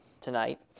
tonight